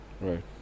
Right